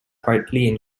partly